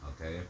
okay